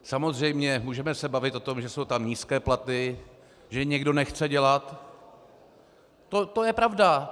Samozřejmě můžeme se bavit o tom, že jsou tam nízké platy, že někdo nechce dělat, to je pravda.